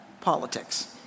politics